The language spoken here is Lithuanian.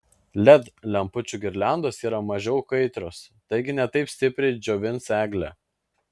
led lempučių girliandos yra mažiau kaitrios taigi ne taip stipriai džiovins eglę